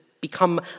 become